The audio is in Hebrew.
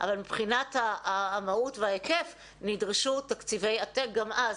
אבל מבחינת המהות וההיקף נדרשו תקציבי עתק גם אז,